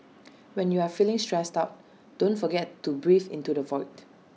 when you are feeling stressed out don't forget to breathe into the void